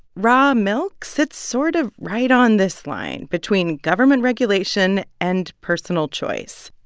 raw milk sits sort of right on this line between government regulation and personal choice.